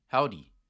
Howdy